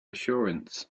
assurance